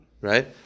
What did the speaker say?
right